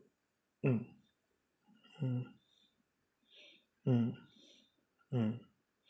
mm mm mm mm